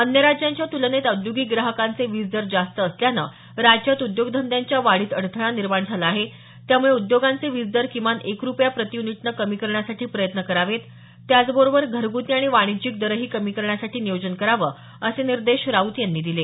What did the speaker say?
अन्य राज्यांच्या तुलनेत औद्योगिक ग्राहकांचे वीज दर जास्त असल्यानं राज्यात उद्योगधंद्यांच्या वाढीत अडथळा निर्माण झाला आहे त्यामुळे उद्योगांचे वीजदर किमान एक रुपया प्रति यूनिटनं कमी करण्यासाठी प्रयत्न करावेत त्याबरोबरच घरगूती आणि वाणिज्यिक दरही कमी करण्यासाठी नियोजन करावं असे निर्देश राऊत यांनी दिले